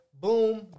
Boom